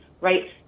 right